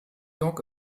york